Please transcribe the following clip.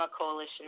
Coalition